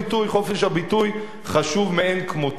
חופש הביטוי חשוב מאין כמותו,